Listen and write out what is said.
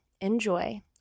enjoy